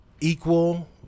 equal